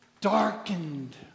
darkened